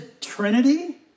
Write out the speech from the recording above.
Trinity